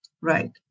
Right